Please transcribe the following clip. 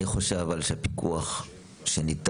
אני חושב אבל שפיקוח שניתן,